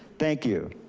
thank you.